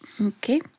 okay